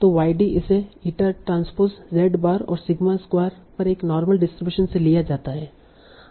तो Yd इसे eta transpose Z bar और सिग्मा स्क्वायर पर एक नार्मल डिस्ट्रीब्यूशन से लिया जाता है